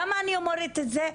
למה אני אומרת את זה?